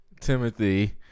Timothy